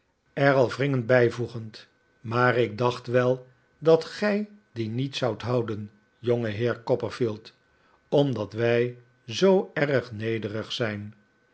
er al wringend bijvoedavid copperfield gend maar ik dacht wel dat gij die niet zoudt houden jongeheer copperfield omdat wij zoo erg nederig zijn